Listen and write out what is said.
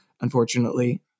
unfortunately